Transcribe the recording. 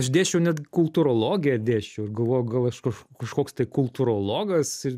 aš dėsčiau net kultūrologiją dėsčiau ir galvoju gal aš kaž kažkoks tai kultūrologas ir